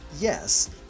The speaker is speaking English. yes